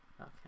Okay